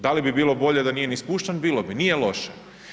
Da li bi bilo bolje da nije ni spušten bilo bi, nije loše.